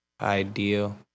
ideal